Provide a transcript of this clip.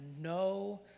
no